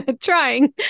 Trying